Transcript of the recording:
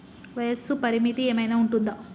వయస్సు పరిమితి ఏమైనా ఉంటుందా?